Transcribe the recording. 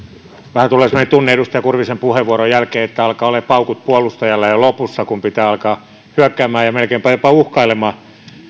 vähän tulee semmoinen tunne edustaja kurvisen puheenvuoron jälkeen että alkaa olemaan paukut puolustajalla jo lopussa kun pitää alkaa hyökkäämään ja melkeinpä jopa uhkailemaan